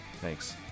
Thanks